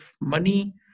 money